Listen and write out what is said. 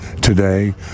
today